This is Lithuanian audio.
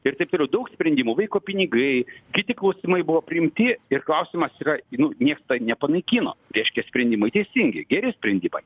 ir taip toliau daug sprendimų vaiko pinigai kiti klausimai buvo priimti ir klausimas yra nu nieks tą nepanaikino reiškia sprendimai teisingi igeri sprendimai